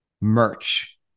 merch